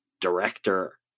director